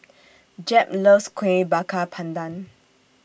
Jep loves Kueh Bakar Pandan